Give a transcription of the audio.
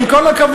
עם כל הכבוד,